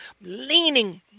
Leaning